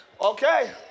Okay